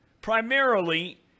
primarily